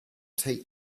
take